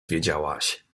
wiedziałaś